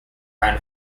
round